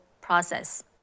process